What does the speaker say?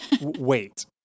Wait